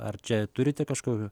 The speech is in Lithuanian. ar čia turite kažkokių